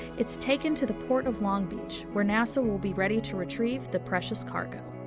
it's taken to the port of long beach, where nasa will be ready to retrieve the precious cargo.